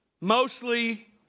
Mostly